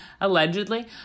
allegedly